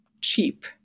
cheap